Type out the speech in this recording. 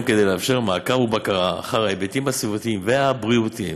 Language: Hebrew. כדי לאפשר מעקב ובקרה אחר ההיבטים הסביבתיים והבריאותיים.